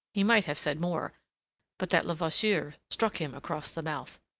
he might have said more but that levasseur struck him across the mouth.